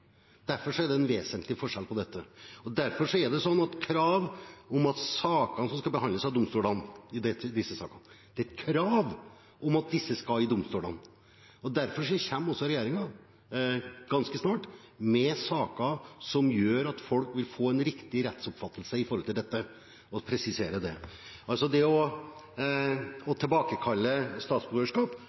Derfor er det en vesentlig forskjell her, og derfor er det et krav at disse sakene skal behandles av domstolene. Derfor kommer regjeringen også ganske snart med saker som gjør at folk vil få en riktig rettsoppfatning når det gjelder dette – la meg presisere det. Det å tilbakekalle statsborgerskap